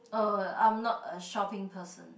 uh I'm not a shopping person